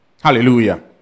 Hallelujah